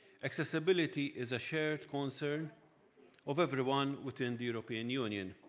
accessibility is a shared concern of everyone within the european union.